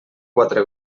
quatre